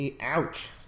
Ouch